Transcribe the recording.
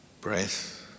breath